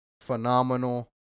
phenomenal